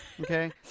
okay